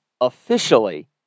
officially